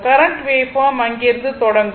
current waveform அங்கிருந்து தொடங்கும்